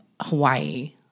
Hawaii